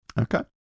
Okay